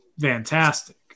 fantastic